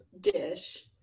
dish